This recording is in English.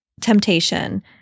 temptation